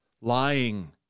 Lying